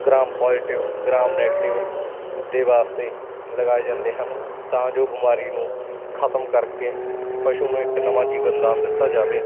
gram positive Gram negative ਦੇ ਵਾਸਤੇ ਲਗਾਏ ਜਾਂਦੇ ਹਨ ਤਾਂ ਜੋ ਬਿਮਾਰੀ ਨੂੰ ਖਤਮ ਕਰਕੇ ਪਸ਼ੂ ਨੂੰ ਇੱਕ ਨਵਾਂ ਜੀਵਨ ਦਾਨ ਦਿੱਤਾ ਜਾਵੇ